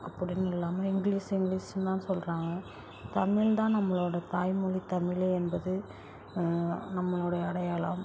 அப்படின்னு இல்லாமல் இங்கிலீஷ் இங்கிலீஸுன் தான் சொல்கிறாங்க தமிழ்தான் நம்மளோடய தாய்மொழி தமிழ் என்பது நம்மளுடைய அடையாளம்